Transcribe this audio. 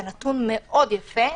וזה נתון מאוד יפה.